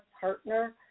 partner